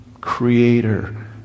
creator